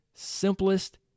simplest